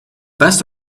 best